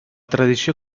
tradició